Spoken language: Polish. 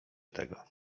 tego